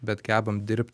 bet gebam dirbt